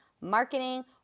marketing